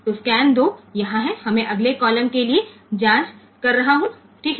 तो स्कैन 2 यहाँ है मैं अगले कॉलम के लिए जाँच कर रहा हूँ ठीक है